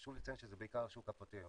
חשוב לציין שזה בעיקר השוק הפרטי היום,